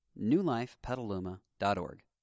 newlifepetaluma.org